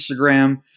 Instagram